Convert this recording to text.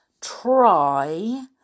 try